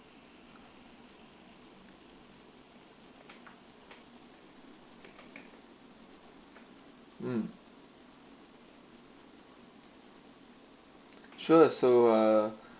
mm sure ah so uh